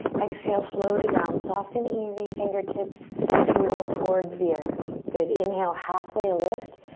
exhale, float it down soft and easy. fingertips moving towards the earth. good, inhale, halfway lift.